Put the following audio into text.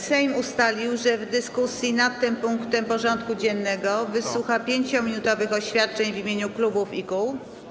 Sejm ustalił, że w dyskusji nad tym punktem porządku dziennego wysłucha 5-minutowych oświadczeń w imieniu klubów i kół.